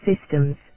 systems